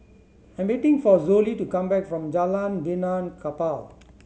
I'm waiting for Zollie to come back from Jalan Benaan Kapal